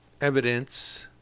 evidence